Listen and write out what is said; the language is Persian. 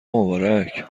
مبارک